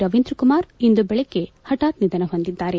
ರವೀಂದ್ರ ಕುಮಾರ್ ಇಂದು ಬೆಳಗ್ಗೆ ಪಠಾತ್ ನಿಧನ ಹೊಂದಿದ್ದಾರೆ